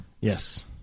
Yes